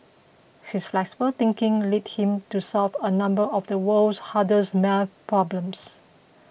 his flexible thinking led him to solve a number of the world's hardest math problems